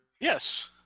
Yes